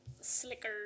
slicker